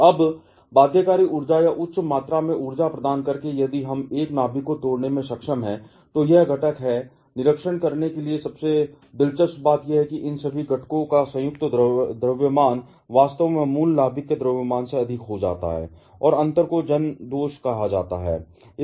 अब बाध्यकारी ऊर्जा या उच्च मात्रा में ऊर्जा प्रदान करके यदि हम एक नाभिक को तोड़ने में सक्षम हैं तो यह घटक है निरीक्षण करने के लिए सबसे दिलचस्प बात यह है कि इन सभी घटकों का संयुक्त द्रव्यमान वास्तव में मूल नाभिक के द्रव्यमान से अधिक हो जाता है और अंतर को जन दोष कहा जाता है